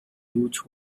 huge